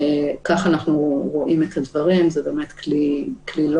כך אנחנו רואים את הדברים, זה באמת כלי לא